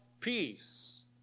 peace